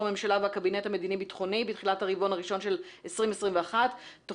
הממשלה והקבינט המדיני-ביטחוני בתחילת הרבעון הראשון של 2021 תוכנית